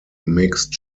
mixed